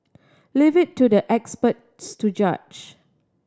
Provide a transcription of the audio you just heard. leave it to the experts to judge